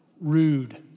rude